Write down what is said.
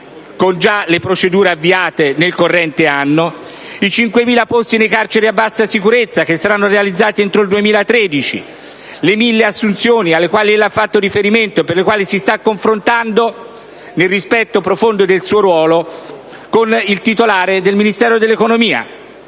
con le procedure già avviate nel corrente anno; i 5.000 posti nelle carceri a bassa sicurezza, che saranno realizzati entro il 2013; le circa 1.000 assunzioni alle quali ella ha fatto riferimento e per le quali si sta confrontando, nel rispetto profondo del suo ruolo, con il titolare del Ministero dell'economia.